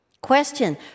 Question